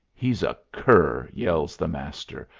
he's a cur! yells the master,